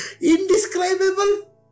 Indescribable